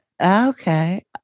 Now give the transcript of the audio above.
Okay